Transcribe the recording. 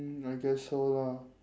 mm I guess so lah